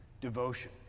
devotion